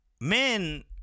men